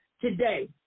today